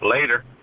Later